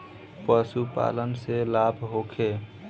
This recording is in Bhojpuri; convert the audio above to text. पशु पालन से लाभ होखे?